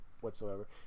whatsoever